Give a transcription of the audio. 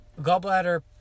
gallbladder